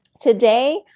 Today